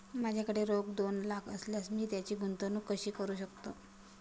माझ्याकडे रोख दोन लाख असल्यास मी त्याची गुंतवणूक कशी करू शकतो?